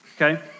okay